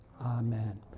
Amen